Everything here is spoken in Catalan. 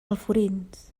alforins